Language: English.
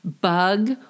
bug